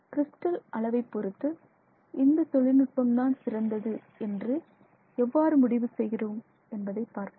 crystal அளவைப் பொறுத்து இந்த தொழில்நுட்பம்தான் மிகவும் சிறந்தது என்று எவ்வாறு முடிவு செய்கிறோம் என்பதை பார்ப்போம்